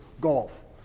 golf